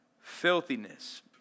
filthiness